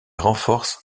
renforcent